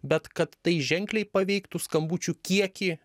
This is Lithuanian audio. bet kad tai ženkliai paveiktų skambučių kiekį